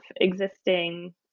existing